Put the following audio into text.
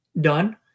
done